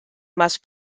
must